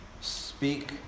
Speak